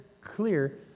clear